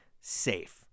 safe